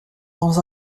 dans